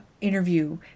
interview